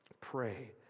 Pray